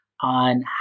on